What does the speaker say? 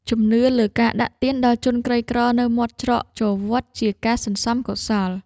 ជំនឿលើការដាក់ទានដល់ជនក្រីក្រនៅមាត់ច្រកចូលវត្ត ជាការសន្សំកុសល។